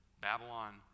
Babylon